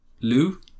Lou